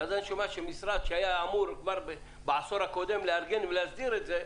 ואז אני שומע שמשרד שהיה אמור כבר בעשור הקודם לארגן ולהסדיר את זה,